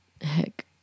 Heck